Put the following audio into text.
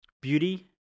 beauty